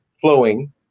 flowing